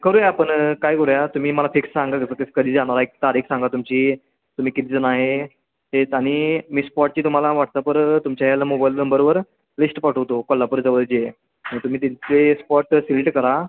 करूया आपण काय करूया तुम्ही मला फिक्स सांगा कसं कसं कधी जाणार आहे एक तारीख सांगा तुमची तुम्ही किती जण आहे ते आणि मी स्पॉटची तुम्हाला व्हॉट्सअपवर तुमच्या याला मोबाईल नंबरवर लिस्ट पाठवतो कोल्हापूरजवळचे तुम्ही तिथे स्पॉट सिलेट करा